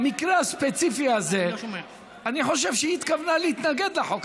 במקרה הספציפי הזה אני חושב שהיא התכוונה להתנגד לחוק.